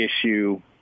issue